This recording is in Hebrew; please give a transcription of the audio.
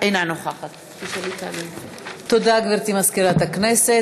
אינה נוכחת תודה, גברתי מזכירת הכנסת.